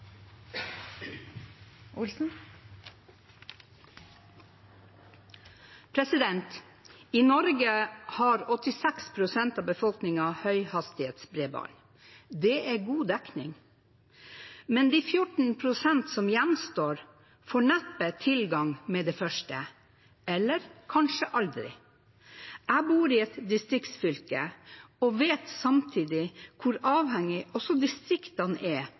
god dekning. Men de 14 pst. som gjenstår, får neppe tilgang med det første – eller kanskje aldri. Jeg bor i et distriktsfylke og vet samtidig hvor avhengig også distriktene er